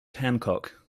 hancock